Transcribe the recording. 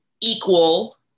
equal